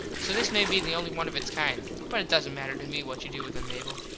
so this may be the only one of its kind. but it doesnt matter to me what you do with them, mable.